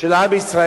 של עם ישראל.